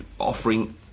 offering